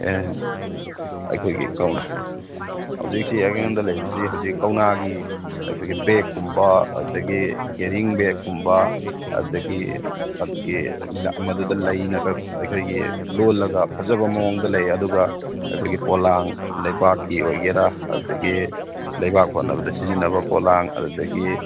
ꯑꯦ ꯑꯩꯈꯣꯏꯒꯤ ꯀꯧꯅꯥ ꯍꯧꯖꯤꯛꯁꯤ ꯑꯩꯉꯣꯟꯗ ꯂꯩꯔꯤꯁꯤ ꯍꯧꯖꯤꯛ ꯀꯧꯅꯥꯒꯤ ꯑꯩꯈꯣꯏꯒꯤ ꯕꯦꯒ ꯀꯨꯝꯕ ꯑꯗꯨꯗꯒꯤ ꯀꯦꯔꯤꯌꯤꯡ ꯕꯦꯒ ꯀꯨꯝꯕ ꯑꯗꯨꯗꯒꯤ ꯑꯗꯨꯗꯒꯤ ꯃꯗꯨꯗ ꯂꯩꯅꯒ ꯑꯩꯈꯣꯏꯒꯤ ꯂꯣꯜꯂꯒ ꯐꯖꯕ ꯃꯑꯣꯡꯗ ꯂꯩ ꯑꯗꯨꯒ ꯑꯩꯈꯣꯏꯒꯤ ꯄꯣꯂꯥꯡ ꯂꯩꯕꯥꯛꯀꯤ ꯑꯣꯏꯒꯦꯔ ꯑꯗꯨꯗꯒꯤ ꯂꯩꯕꯥꯛ ꯍꯣꯟꯅꯕꯗ ꯁꯤꯖꯤꯟꯅꯕ ꯄꯣꯂꯥꯡ ꯑꯗꯨꯗꯒꯤ